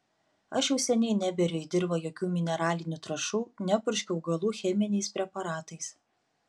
aš jau seniai neberiu į dirvą jokių mineralinių trąšų nepurškiu augalų cheminiais preparatais